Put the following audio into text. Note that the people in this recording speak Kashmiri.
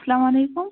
سلام علیکُم